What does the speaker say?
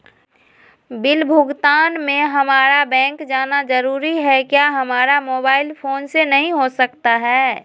Bill भुगतान में हम्मारा बैंक जाना जरूर है क्या हमारा मोबाइल फोन से नहीं हो सकता है?